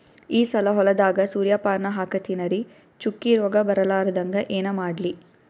ಈ ಸಲ ಹೊಲದಾಗ ಸೂರ್ಯಪಾನ ಹಾಕತಿನರಿ, ಚುಕ್ಕಿ ರೋಗ ಬರಲಾರದಂಗ ಏನ ಮಾಡ್ಲಿ?